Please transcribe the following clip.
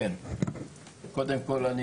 קודם כל,